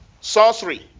Sorcery